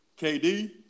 kd